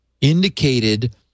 indicated